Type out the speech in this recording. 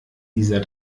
dieser